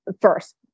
first